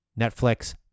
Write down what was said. netflix